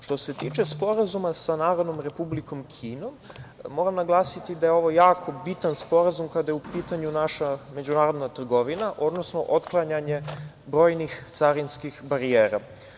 Što se tiče sporazuma sa Narodnom Republikom Kinom, moram naglasiti da je ovo jako bitan sporazum kada je u pitanju naša međunarodna trgovina, odnosno otklanjanje brojnih carinskih barijera.